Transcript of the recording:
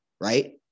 right